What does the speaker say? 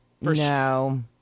No